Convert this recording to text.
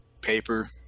Paper